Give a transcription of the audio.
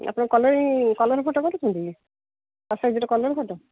ଆପଣ colouring colour photo କରୁଛନ୍ତି କି ପାସ୍ ସାଇଜ୍ର କଲର୍ ଫଟୋ